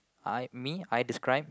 I me I describe